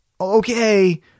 okay